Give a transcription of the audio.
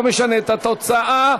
לא משנה את התוצאה.